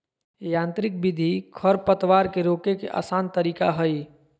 यांत्रिक विधि खरपतवार के रोके के आसन तरीका हइ